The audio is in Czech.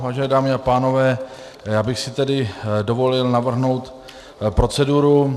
Vážené dámy a pánové, já bych si tedy dovolil navrhnout proceduru.